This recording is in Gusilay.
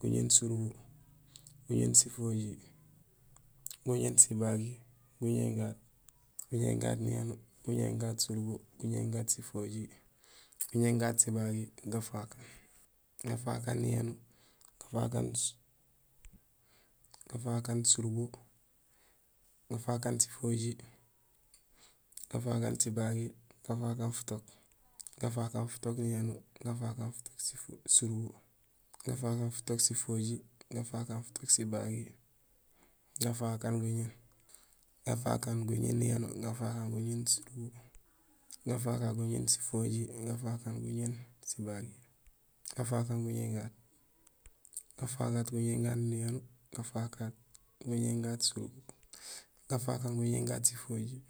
guñéén surubo, guñéén sifojiir, guñéén sibagiir, guñéén gaat, guñéén gaat niyanuur, guñéén gaat surubo, guñéén gaat sifojiir, guñéén gaat sibagiir, gafaak aan, gafak aan niyanuur, gafaak aan surubo, gafaak aan sifojiir, gafaak aan sibagiir, gafaak aan futook, gafaak aan futook niyanuur, gafaak aan futook surubo, gafaak aan futook sifojiir, gafaak aan futook sibagiir, gafaak aan guñéén, gafaak aan guñéén niyanuur, gafaak aan guñéén surubo, gafaak aan guñéén sifojiir, gafaak aan guñéén sibagiir, gafaak aan guñéén gaat, gafaak aan guñéén gaat niyanuur, gafaak aan guñéén gaat surubo, gafaak aan guñéén gaat sifojiir,